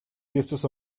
fiestas